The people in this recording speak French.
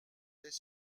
les